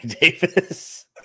Davis